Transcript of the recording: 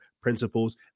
principles